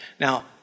Now